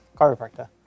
chiropractor